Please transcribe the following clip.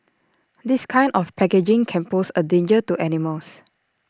this kind of packaging can pose A danger to animals